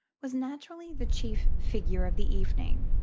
was naturally the chief figure of the evening.